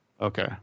Okay